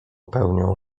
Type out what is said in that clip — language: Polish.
pełnią